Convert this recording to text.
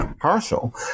partial